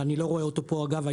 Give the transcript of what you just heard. ואני לא רואה אותו פה היום,